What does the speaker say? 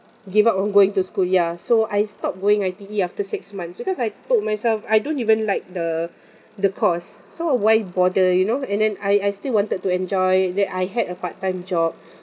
gave up on going to school ya so I stopped going I_T_E after six months because I told myself I don't even like the the course so why bother you know and then I I still wanted to enjoy that I had a part time job